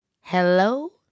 Hello